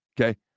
okay